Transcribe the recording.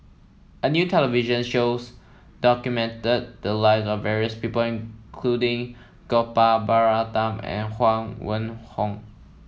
a new television shows documented the live of various people including Gopal Baratham and Huang Wenhong